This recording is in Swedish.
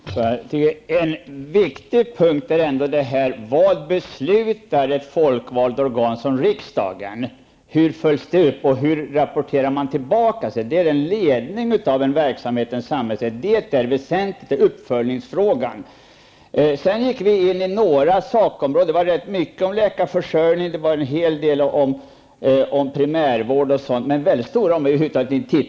Herr talman! En viktig punkt är ändå: Vad beslutar ett folkvalt organ som riksdagen? Hur följs det upp, och hur rapporterar man tillbaka? Det gäller att leda en verksamhet i samhället, och det är den väsentliga uppföljningsfrågan. Vi gick in på några sakområden. Det gällde rätt mycket läkarförsörjningen, en hel del om primärvård och sådant, men mycket stora områden har vi över huvud taget inte studerat.